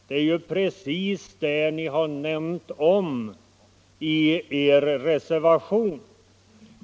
Det är ju precis det ni har nämnt i er reservation.